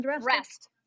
Rest